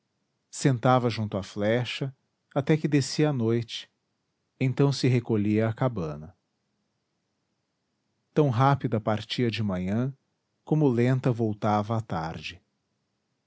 sentava junto à flecha até que descia a noite então se recolhia à cabana tão rápida partia de manhã como lenta voltava à tarde